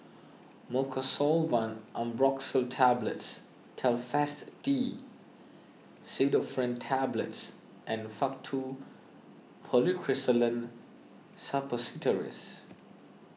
Mucosolvan Ambroxol Tablets Telfast D Pseudoephrine Tablets and Faktu Policresulen Suppositories